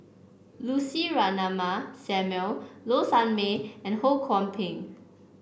Lucy Ratnammah Samuel Low Sanmay and Ho Kwon Ping